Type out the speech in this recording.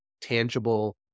tangible